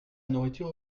nourriture